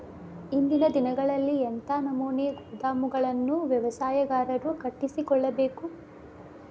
ಇಂದಿನ ದಿನಗಳಲ್ಲಿ ಎಂಥ ನಮೂನೆ ಗೋದಾಮುಗಳನ್ನು ವ್ಯವಸಾಯಗಾರರು ಕಟ್ಟಿಸಿಕೊಳ್ಳಬೇಕು?